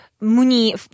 Muni